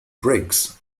briggs